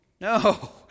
No